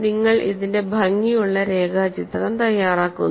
നിങ്ങൾ ഇതിന്റെ ഭംഗിയുള്ള രേഖാചിത്രം തയ്യാറാക്കുന്നു